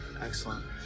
excellent